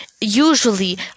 usually